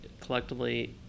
collectively